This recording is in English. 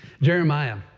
Jeremiah